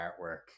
artwork